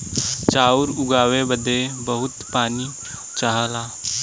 चाउर उगाए बदे बहुत पानी चाहला